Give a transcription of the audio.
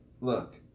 Look